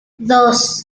dos